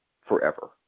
forever